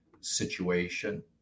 situation